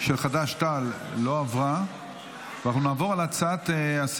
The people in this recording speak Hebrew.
ואנחנו נעבור להצעת